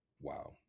Wow